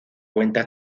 cuenta